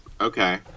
Okay